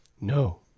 No